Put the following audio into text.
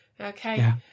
okay